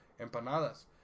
empanadas